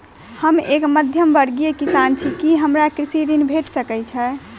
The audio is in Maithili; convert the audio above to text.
हम एक मध्यमवर्गीय किसान छी, की हमरा कृषि ऋण भेट सकय छई?